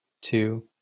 Two